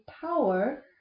power